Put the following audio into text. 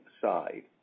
side